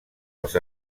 els